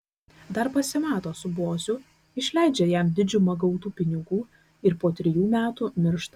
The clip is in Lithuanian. dar pasimato su boziu išleidžia jam didžiumą gautų pinigų ir po trejų metų miršta